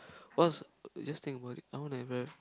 what's just think about it I want a very